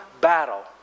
battle